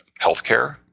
Healthcare